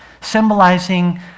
symbolizing